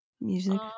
music